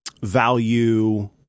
value